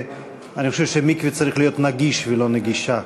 אני חושב שמקווה צריך להיות נגיש ולא נגישה,